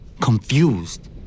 confused